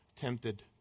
tempted